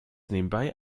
nebenbei